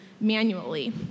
manually